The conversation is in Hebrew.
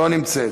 לא נמצאת.